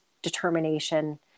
determination